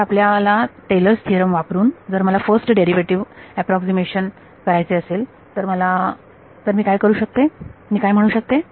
तर आपल्याला Taylor's theorem Taylor's theorem वापरून जर मला फर्स्ट डेरिव्हेटिव्ह अॅप्रॉक्सीमेशन करायचे असेल तर मला तर मी काय करू शकते मी काय म्हणू शकते